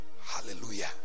Hallelujah